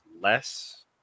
less